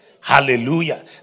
Hallelujah